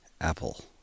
Apple